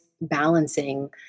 balancing